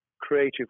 creative